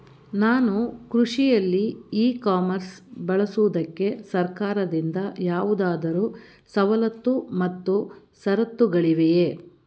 ನಾನು ಕೃಷಿಯಲ್ಲಿ ecommerce ಬಳಸುವುದಕ್ಕೆ ಸರ್ಕಾರದಿಂದ ಯಾವುದಾದರು ಸವಲತ್ತು ಮತ್ತು ಷರತ್ತುಗಳಿವೆಯೇ?